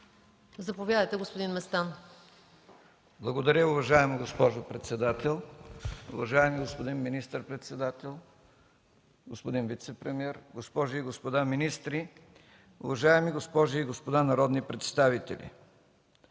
Заповядайте, господин Местан. ЛЮТВИ МЕСТАН (ДПС): Благодаря, уважаема госпожо председател. Уважаеми господин министър-председател, господин вицепремиер, госпожи и господа министри! Уважаеми госпожи и господа народни представители,